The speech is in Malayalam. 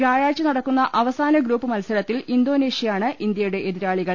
വ്യാഴാഴ്ച നടക്കുന്ന അവസാന ഗ്രൂപ്പ് മത്സരത്തിൽ ഇന്തോനേഷ്യയാണ് ഇന്ത്യയുടെ എതിരാളികൾ